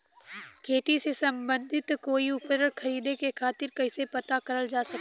खेती से सम्बन्धित कोई उपकरण खरीदे खातीर कइसे पता करल जा सकेला?